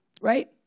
right